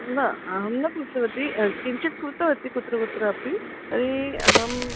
न अहं न कृतवती किञ्चित् कृतवती कुत्र कुत्र अपि तर्हि अहम्